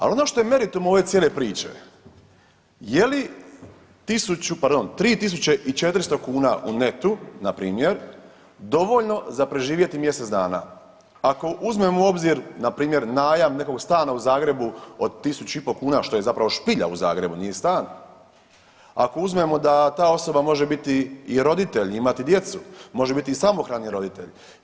Ali, ono što je meritum ove cijele priče, je li tisuću, pardon, 3400 kuna u netu, npr. dovoljno za preživjeti mjesec dana, ako uzmemo u obzir, npr. najam nekog stana u Zagrebu od 1500 kuna, što je zapravo špilja u Zagrebu, nije stan, ako uzmemo da ta osoba može biti i roditelj i imati djecu, može biti i samohrani roditelj.